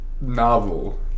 novel